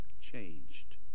changed